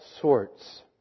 sorts